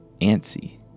antsy